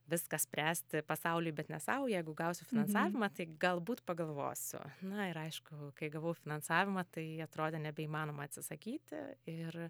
viską spręsti pasauliui bet ne sau jeigu gausiu finansavimą tai galbūt pagalvosiu na ir aišku kai gavau finansavimą tai atrodė nebeįmanoma atsisakyti ir